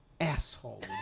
asshole